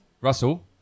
Russell